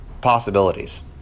possibilities